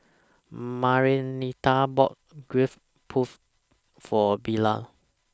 Marianita bought Gudeg Putih For Bilal